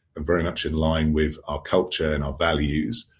and very much in line with our culture and our values,